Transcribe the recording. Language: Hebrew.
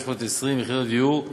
520 יחידות דיור,